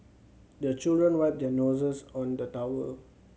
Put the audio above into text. the children wipe their noses on the towel